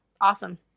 awesome